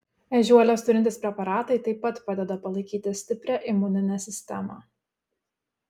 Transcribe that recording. ežiuolės turintys preparatai taip pat padeda palaikyti stiprią imuninę sistemą